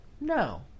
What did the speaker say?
No